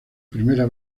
primera